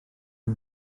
yng